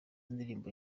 indirimbo